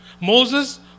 Moses